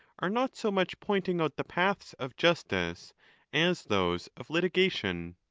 are not so much pointing out the paths of justice as those of litigation.